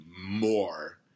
more